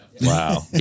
Wow